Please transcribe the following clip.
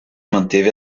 manteve